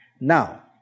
Now